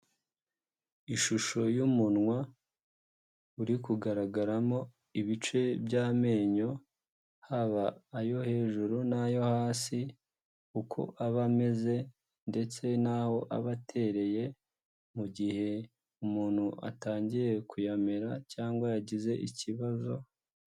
Ishusho y'umunwa uri kugaragaramo ibice by'amenyo haba ayo hejuru nayo hasi uko aba ameze ndetse n'aho aba atereye mu gihe umuntu atangiye kuyamera cyangwa yagize ikibazo.